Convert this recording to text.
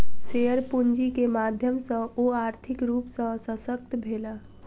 share पूंजी के माध्यम सॅ ओ आर्थिक रूप सॅ शशक्त भेला